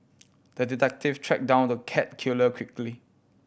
the detective tracked down the cat killer quickly